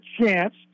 chance